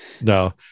No